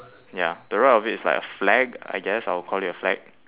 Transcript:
ya to the right of it is like a flag I guess I would call it a flag